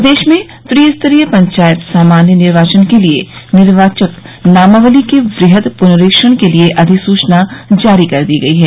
प्रदेश में त्रिस्तरीय पंचायत सामान्य निर्वाचन के लिये निर्वाचक नामावली के वृहद पूनरीक्षण के लिये अधिसूचना जारी कर दी गई है